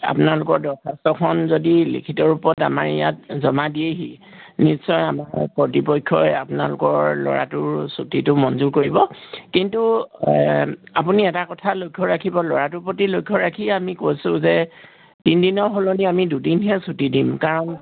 আপোনালোকৰ দৰ্খাস্তখন যদি লিখিত ৰূপত আমাৰ ইয়াত জমা দিয়েহি নিশ্চয় আমাৰ কৰ্তৃপক্ষই আপোনালোকৰ ল'ৰাটোৰ ছুটিটো মঞ্জুৰ কৰিব কিন্তু আপুনি এটা কথা লক্ষ্য ৰাখিব ল'ৰাটোৰ প্ৰতি লক্ষ্য ৰাখি আমি কৈছোঁ যে তিনিদিনৰ সলনি আমি দুদিনহে ছুটি দিম কাৰণ